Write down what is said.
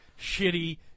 shitty